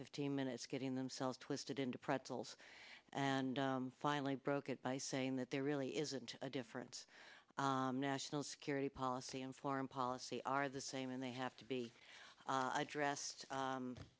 fifteen minutes getting themselves twisted into pretzels and finally broke it by saying that there really isn't a difference national security policy and foreign policy are the same and they have to be address